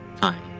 time